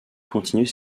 continuer